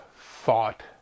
thought